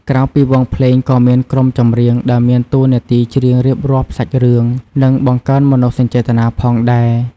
ក្រៅពីវង់ភ្លេង ក៏មាន ក្រុមចម្រៀង ដែលមានតួនាទីច្រៀងរៀបរាប់សាច់រឿង និងបង្កើនមនោសញ្ចេតនាផងដែរ។